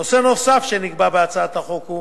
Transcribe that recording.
נושא נוסף שנקבע בהצעת החוק הוא,